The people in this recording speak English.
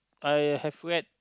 I have read